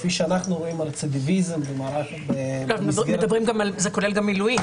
כפי שאנחנו רואים על רצידיביזם במסגרת --- זה כולל גם מילואים.